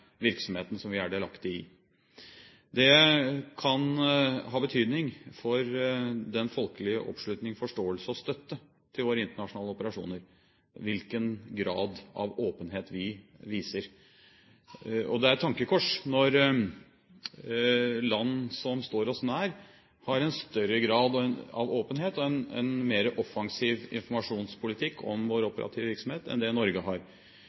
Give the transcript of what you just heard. virksomheten som vi er delaktige i. Det kan ha betydning for den folkelige oppslutning, forståelse og støtte til våre internasjonale operasjoner hvilken grad av åpenhet vi viser. Det er et tankekors når land som står oss nær, har en større grad av åpenhet og en mer offensiv informasjonspolitikk om vår operative virksomhet enn det Norge har.